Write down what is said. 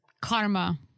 Karma